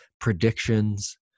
predictions